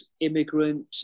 immigrant